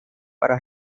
para